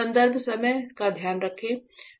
दिखाएँ